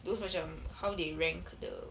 those macam how they rank the